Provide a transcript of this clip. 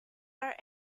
are